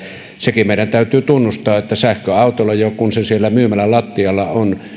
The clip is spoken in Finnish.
sekin meidän täytyy tunnustaa että sähköautolla kun se siellä myymälän lattialla on